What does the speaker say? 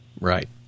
Right